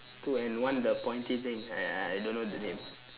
two and one the pointy thing I I I don't know the name